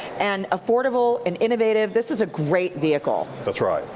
and affordable and innovative. this is a great vehicle. that's right.